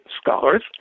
scholars